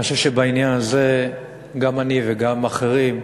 אני חושב שבעניין הזה גם אני וגם אחרים,